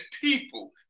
people